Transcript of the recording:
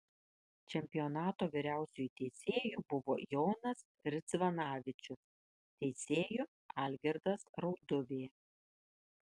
čempionato vyriausiuoju teisėju buvo jonas ridzvanavičius teisėju algirdas rauduvė